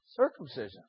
Circumcision